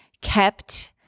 kept